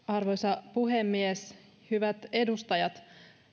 arvoisa puhemies hyvät edustajat